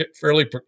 fairly